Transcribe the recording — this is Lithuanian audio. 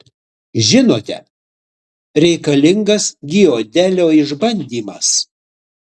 žinote reikalingas giodelio išbandymas